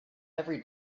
every